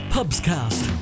Pubscast